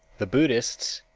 the buddhists,